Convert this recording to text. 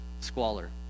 squalor